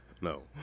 No